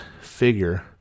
figure